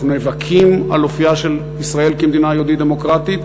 אנחנו נאבקים על אופייה של ישראל כמדינה יהודית דמוקרטית,